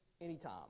anytime